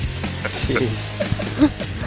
Jeez